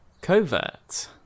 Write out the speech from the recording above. Covert